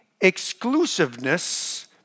exclusiveness